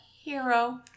Hero